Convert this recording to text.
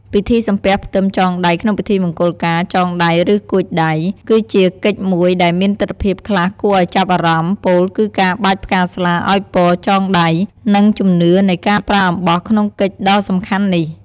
ពិធីសំពះផ្ទឹមចងដៃក្នុងពិធីមង្គលការ “ចងដៃ” ឬ “កួចដៃ” គឺជាកិច្ចមួយដែលមានទិដ្ឋភាពខ្លះគួរឱ្យចាប់អារម្មណ៍ ពោលគឺការបាចផ្កាស្លាឱ្យពរចងដៃ និងជំនឿនៃការប្រើអំបោះក្នុងកិច្ចដ៏សំខាន់នេះ។